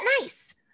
nice